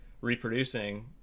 reproducing